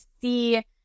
see